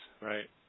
Right